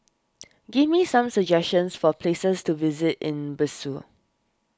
give me some suggestions for places to visit in Bissau